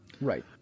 Right